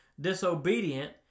disobedient